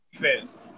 defense